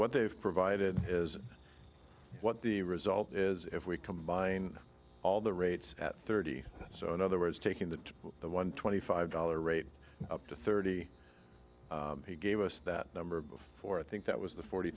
what they've provided is what the result is if we combine all the rates at thirty so in other words taking that to the one twenty five dollar rate up to thirty he gave us that number before i think that was the forty